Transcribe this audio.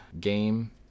game